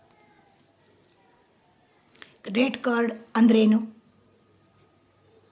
Credit card ಅಂದ್ರೇನು?